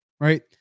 right